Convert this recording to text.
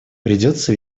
придется